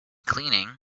cleaning